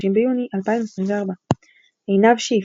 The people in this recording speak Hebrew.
30 ביוני 2024 עינב שיף,